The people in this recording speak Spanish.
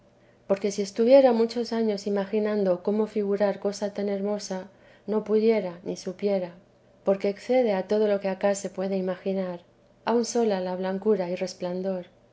porque si estuviera muchos años imaginando cómo figurar cosa tan hermosa no pudiera ni supiera porque excede a todo lo que acá se puede imaginar aun sola la blancura y resplandor